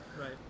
right